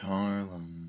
Harlem